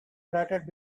fluttered